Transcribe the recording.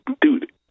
Dude